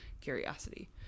curiosity